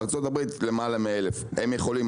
ובארצות הברית יש למעלה 1,000 הם יכולים,